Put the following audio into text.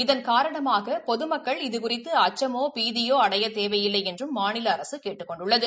இதன் காரணமாக பொதுமக்கள் இது குறித்து அச்சமோ பீதியோ அடைய தேவையில்லை என்றும் மாநில அரசு கேட்டுக் கொண்டுள்ளது